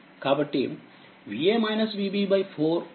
కాబట్టి Va-Vb4 Va5 9